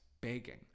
begging